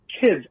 kids